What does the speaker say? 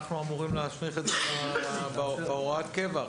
אנחנו אמורים להסמיך את זה עכשיו בהוראת הקבע,